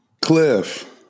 Cliff